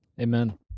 Amen